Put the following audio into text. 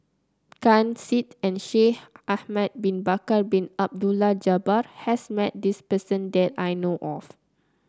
Ken Seet and Shaikh Ahmad Bin Bakar Bin Abdullah Jabbar has met this person that I know of